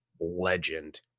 Legend